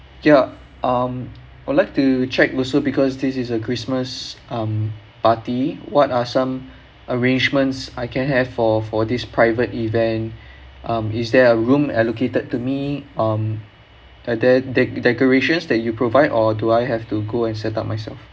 ya um I would like to check also because this is a christmas um party what are some arrangements I can have for for this private event um is there a room allocated to me um are there de~ decorations that you provide or do I have to go and set up myself